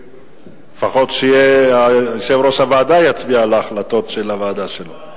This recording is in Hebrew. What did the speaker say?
לפחות שיושב-ראש הוועדה יצביע על ההחלטות של הוועדה שלו.